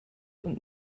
und